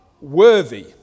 worthy